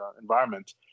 environment